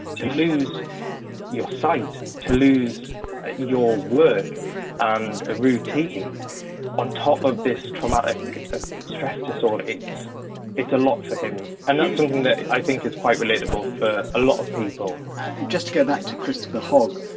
to lose your sight, to lose your work and routine on top of this traumatic stress disorder it's it's a lot for him and that's something that, i think, is quite relatable for a lot of people whitejust to go back to christopher hogg.